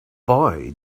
boy